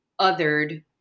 othered